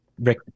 rick